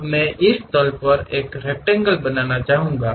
अब मैं इस तल पर एक रेकटंगेल बनाना चाहूंगा